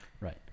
right